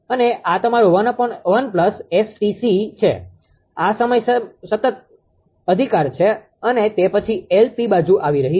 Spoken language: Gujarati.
અને આ તમારું 1 1 𝑆𝑇𝑐 છે આ સમય સમયનો સતત અધિકાર છે અને તે પછી એલપી બાજુ આવી રહી છે